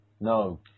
No